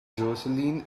jocelyn